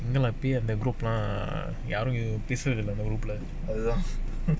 you know யாரும்பேசுறதில்லஇப்பலாம்:yaarum pesurathilla ippalam